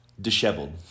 Disheveled